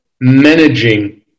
managing